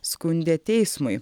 skundė teismui